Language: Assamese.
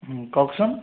কওকচোন